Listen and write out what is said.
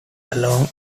along